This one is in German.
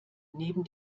neben